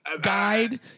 Guide